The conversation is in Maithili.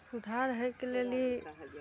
सुधार होइके लेल इ